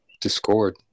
discord